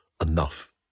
enough